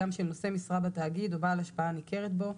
גם של נושא משרה בתאגיד או בעל השפעה ניכרת בו,